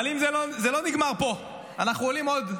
אבל זה לא נגמר פה, אנחנו עולים עוד מדרגה.